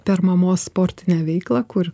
per mamos sportinę veiklą kur